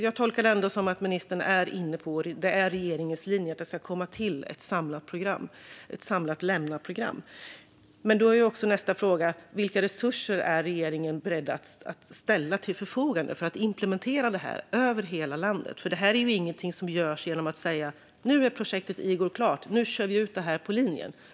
Jag tolkar det ändå som att ministern är inne på att det är regeringens linje att det ska komma till ett samlat lämnaprogram. Då blir nästa fråga: Vilka resurser är regeringen beredd att ställa till förfogande för att implementera detta över hela landet? Det här är ju ingenting som görs genom att säga: Nu är projektet Igor klart. Nu kör vi ut det här på linjen!